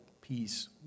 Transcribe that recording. peace